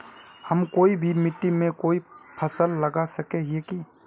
हम कोई भी मिट्टी में कोई फसल लगा सके हिये की?